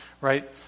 right